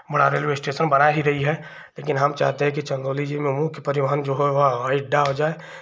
बड़ा railway station बना ही रही है लेकिन हम चाहते हैं कि चन्दौली जिले में मुख्य परिवहन जो हो वहाँ हवाई अड्डा हो जाए